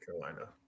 Carolina